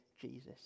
Jesus